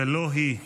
ולא היא.